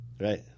Right